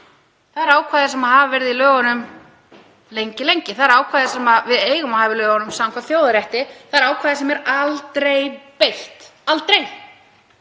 eru ákvæði sem hafa verið í lögunum lengi. Það eru ákvæði sem við eigum að hafa í lögunum samkvæmt þjóðarrétti. Það eru ákvæði sem er aldrei beitt. Aldrei.